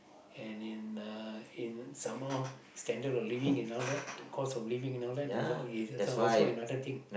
and in a in some more standard of living and all that the cost of living and all that is is also another thing